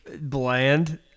Bland